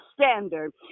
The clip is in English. standard